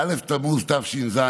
בא' תמוז תש"ז,